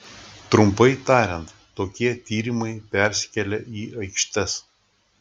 trumpai tariant tokie tyrimai persikelia į aikštes